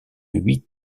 huit